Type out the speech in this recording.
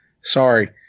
Sorry